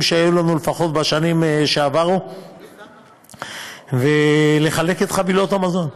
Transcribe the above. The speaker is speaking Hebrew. שהיו לנו לפחות בשנים שעברו ולחלק את חבילות המזון.